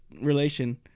relation